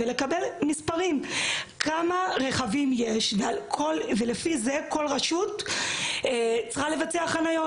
לקבל מספרים כמה רכבים יש ולפי זה כל רשות צריכה לבצע חניות.